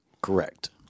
Correct